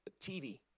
TV